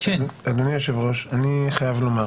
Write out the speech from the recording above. אדוני היושב-ראש, אני חייב לומר